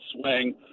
swing